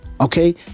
Okay